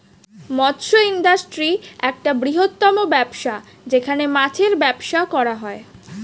মৎস্য ইন্ডাস্ট্রি একটা বৃহত্তম ব্যবসা যেখানে মাছের ব্যবসা করা হয়